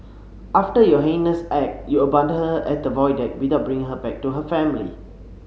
after your heinous act your abandoned her at the Void Deck without bringing her back to her family